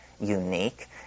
unique